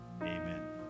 amen